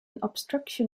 obstruction